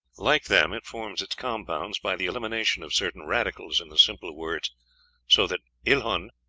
like them, it forms its compounds by the elimination of certain radicals in the simple words so that ilhun,